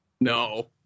No